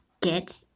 get